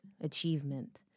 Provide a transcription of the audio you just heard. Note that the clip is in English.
achievement